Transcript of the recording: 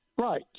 Right